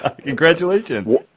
Congratulations